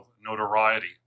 notoriety